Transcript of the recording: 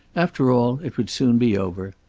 after all, it would soon be over.